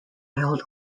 held